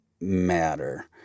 matter